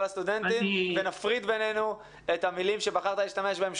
לסטודנטים ונפריד את המלים שבחרת להשתמש בהם,